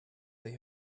they